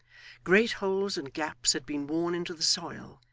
great holes and gaps had been worn into the soil,